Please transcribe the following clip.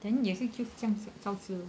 then 也是就这样照着